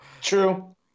True